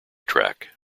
track